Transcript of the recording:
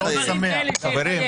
כשהוא אומר דברים כאלה, שיחייך.